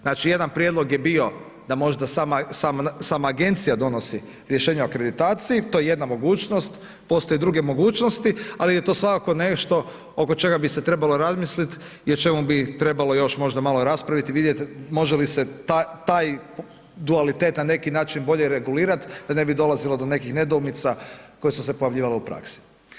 Znači jedan prijedlog je bio da možda sama agencija donosi rješenje o akreditaciji, to je jedna mogućnost, postoje druge mogućnosti ali je to svakako nešto oko čega bi se trebalo razmisliti i o čemu bi trebalo još možda malo i raspraviti, vidjeti može li se taj dualitet na neki način bolje regulirati da ne bi dolazilo do nekih nedoumica koje su se pojavljivale u praksi.